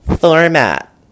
format